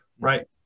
Right